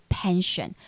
pension